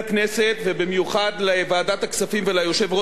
ובמיוחד לוועדת הכספים וליושב-ראש גפני,